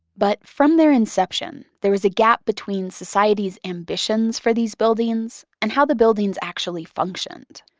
but from their inception, there was a gap between society's ambitions for these buildings and how the buildings actually functioned.